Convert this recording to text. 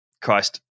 Christ